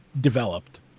developed